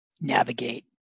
navigate